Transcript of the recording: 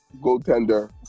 goaltender